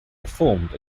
reformed